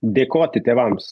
dėkoti tėvams